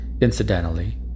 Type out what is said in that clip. Incidentally